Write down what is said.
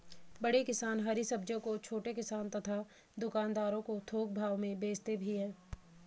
बड़े किसान हरी सब्जियों को छोटे किसानों तथा दुकानदारों को थोक भाव में भेजते भी हैं